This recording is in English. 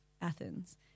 Athens